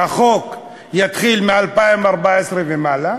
שהחוק יתחיל מ-2014 ואילך,